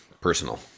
personal